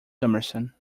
summerson